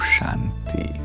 Shanti